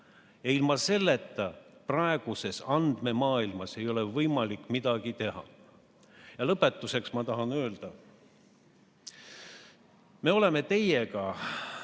Ilma selleta praeguses andmemaailmas ei ole võimalik midagi teha. Lõpetuseks tahan öelda, et oleme teiega